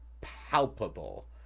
palpable